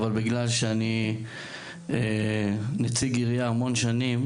אבל בגלל שאני נציג עירייה כבר המון שנים